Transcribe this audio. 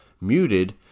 muted